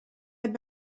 had